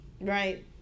Right